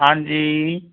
ਹਾਂਜੀ